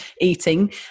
eating